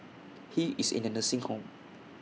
he is in A nursing home